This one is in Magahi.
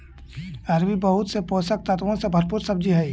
अरबी बहुत से पोषक तत्वों से भरपूर सब्जी हई